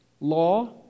law